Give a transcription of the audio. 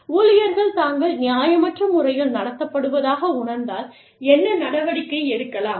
ஊழியர்கள் தாங்கள் நியாயமற்ற முறையில் நடத்தப்பட்டதாக உணர்ந்தால் என்ன நடவடிக்கை எடுக்கலாம்